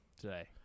Today